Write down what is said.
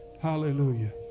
hallelujah